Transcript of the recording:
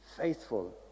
faithful